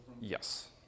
Yes